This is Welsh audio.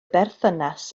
berthynas